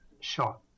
shot